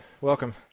welcome